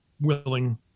willing